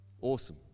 Awesome